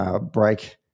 break